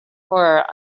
horror